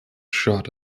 shot